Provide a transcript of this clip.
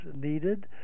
needed